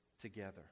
together